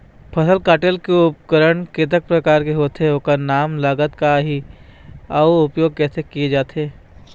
फसल कटेल के उपकरण कतेक प्रकार के होथे ओकर नाम लागत का आही अउ उपयोग कैसे किया जाथे?